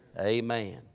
Amen